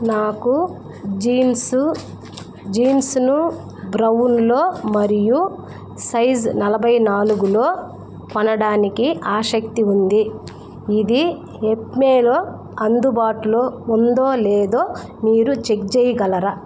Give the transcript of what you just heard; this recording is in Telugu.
నాకు జీన్సు జీన్స్ను బ్రౌన్లో మరియు సైజ్ నలభై నాలుగులో కొనడానికి ఆసక్తి ఉంది ఇది ఎప్మేలో అందుబాటులో ఉందో లేదో మీరు చెక్ చేయగలరా